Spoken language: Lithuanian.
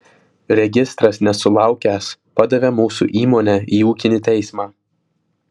registras nesulaukęs padavė mūsų įmonę į ūkinį teismą